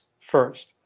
first